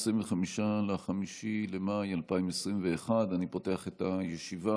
25 במאי 2021. אני פותח את הישיבה.